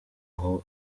aho